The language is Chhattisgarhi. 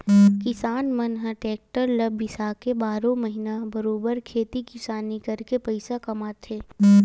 किसान मन ह टेक्टर ल बिसाके बारहो महिना बरोबर खेती किसानी करके पइसा कमाथे